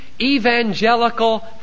evangelical